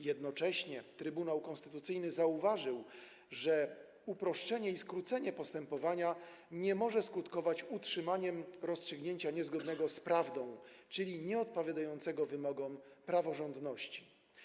Jednocześnie Trybunał Konstytucyjny zauważył, że uproszczenie i skrócenie postępowania nie może skutkować utrzymaniem rozstrzygnięcia niezgodnego z prawdą, czyli nieodpowiadającego wymogom praworządności.